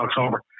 October